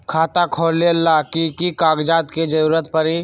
खाता खोले ला कि कि कागजात के जरूरत परी?